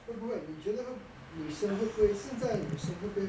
会不会你觉得女生会不会现在的女生会不会